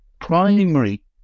primary